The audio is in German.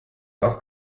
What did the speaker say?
darf